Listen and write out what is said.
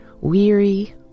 weary